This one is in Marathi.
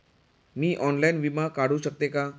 मी ऑनलाइन विमा काढू शकते का?